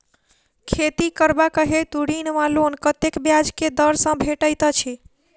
खेती करबाक हेतु ऋण वा लोन कतेक ब्याज केँ दर सँ भेटैत अछि?